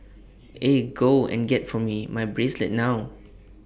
eh go and get for me my bracelet now